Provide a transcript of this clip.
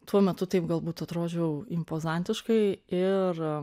tuo metu taip galbūt atrodžiau impozantiškai ir